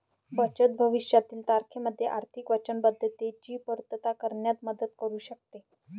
बचत भविष्यातील तारखेमध्ये आर्थिक वचनबद्धतेची पूर्तता करण्यात मदत करू शकते